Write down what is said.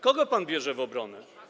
Kogo pan bierze w obronę?